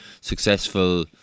successful